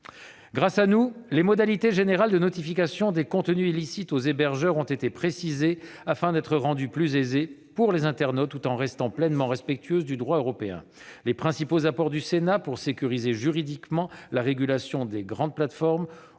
Grâce à nous, les modalités générales de notification des contenus illicites aux hébergeurs ont été précisées, afin d'être rendues plus aisées à manier pour les internautes, tout en restant pleinement respectueuses du droit européen. Les principaux apports du Sénat pour sécuriser juridiquement la régulation des grandes plateformes